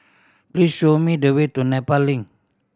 please show me the way to Nepal Link